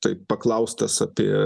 taip paklaustas apie